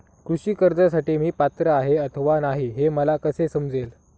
कृषी कर्जासाठी मी पात्र आहे अथवा नाही, हे मला कसे समजेल?